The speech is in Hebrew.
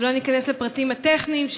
ולא ניכנס לפרטים הטכניים,